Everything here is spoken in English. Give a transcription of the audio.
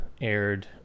aired